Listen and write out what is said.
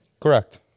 Correct